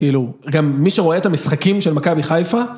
‫כאילו, גם מי שרואה את המשחקים ‫של מכבי חיפה...